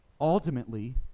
Ultimately